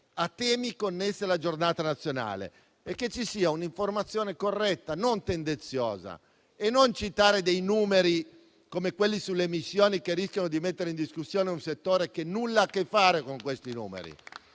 a temi connessi alla Giornata nazionale e ci sia un'informazione corretta e non tendenziosa, senza citare dei numeri, come quelli sulle emissioni, che rischiano di mettere in discussione un settore che nulla ha a che fare con questi numeri.